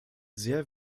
sehr